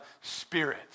Spirit